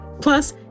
Plus